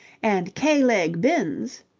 and k-leg binns.